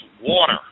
water